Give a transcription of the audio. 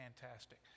fantastic